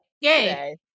Yay